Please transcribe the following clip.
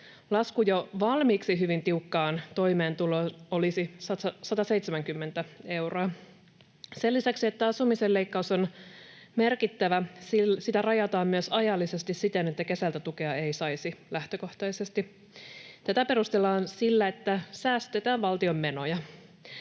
Lasku jo valmiiksi hyvin tiukkaan toimeentuloon olisi 170 euroa. Sen lisäksi, että asumisen leikkaus on merkittävä, sitä rajataan myös ajallisesti siten, että kesällä tukea ei saisi lähtökohtaisesti. Tätä perustellaan sillä, että säästetään valtion menoja.